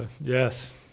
Yes